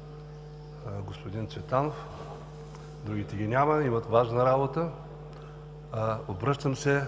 – господин Цветанов, другите ги няма, имат важна работа. Обръщам се